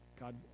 God